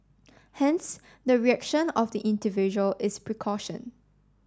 hence the reaction of the individual is precaution